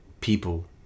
people